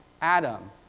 Adam